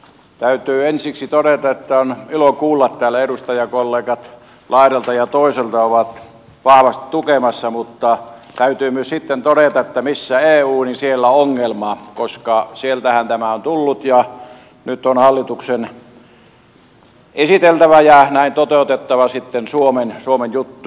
täytyy ensiksi todeta että on ilo kuulla että täällä edustajakollegat laidalta ja toiselta ovat vahvasti tukemassa mutta täytyy myös sitten todeta että missä eu siellä ongelma koska sieltähän tämä on tullut ja nyt on hallituksen esiteltävä ja näin toteutettava suomen juttua